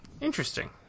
Interesting